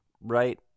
right